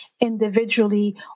individually